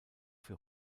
für